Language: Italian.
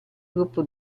gruppo